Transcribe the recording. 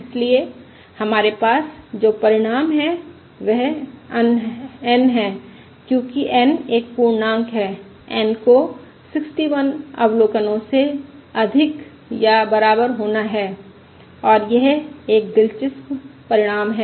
इसलिए हमारे पास जो परिणाम हैं वे N हैं क्योंकि N एक पूर्णांक है N को 61 अवलोकनों से अधिक या बराबर होना है और यह एक दिलचस्प परिणाम है